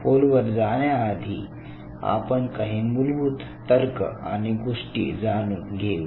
खोलवर जाण्याआधी आपण काही मूलभूत तर्क आणि गोष्टी जाणून घेऊ